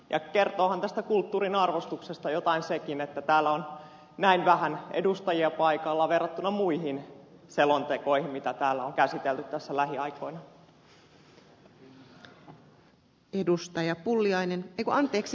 ja kertoohan tästä kulttuurin arvostuksesta jotain sekin että täällä on näin vähän edustajia paikalla verrattuna muihin selontekoihin mitä täällä on käsitelty tässä lähiaikoina